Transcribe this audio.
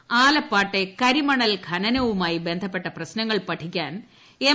കേരളത്തിൽ ആലപ്പാട്ടെ കരിമണൽ ഖനനവുമായി ബന്ധപ്പെട്ട പ്രശ്നങ്ങൾ പഠിക്കാൻ എം